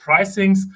pricings